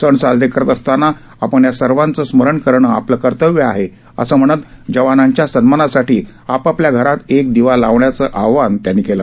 सण साजरे करत असताना या सर्वाचं स्मरण करणं आपलं कर्तव्य आहे असं म्हणत जवानांच्या सन्मानासाठी आपापल्या घरात एक दिवा लावण्याचं आवाहनही त्यांनी केलं